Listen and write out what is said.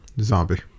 Zombie